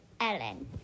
ellen